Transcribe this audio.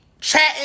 chatting